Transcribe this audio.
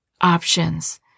Options